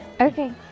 Okay